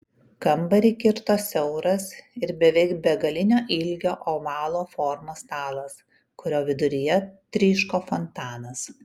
kambarį kirto siauras ir beveik begalinio ilgio ovalo formos stalas kurio viduryje tryško fontanas